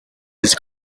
his